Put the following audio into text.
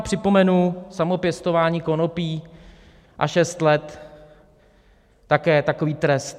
Připomenu samopěstování konopí a šest let také takový trest.